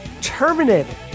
Terminated